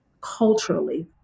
culturally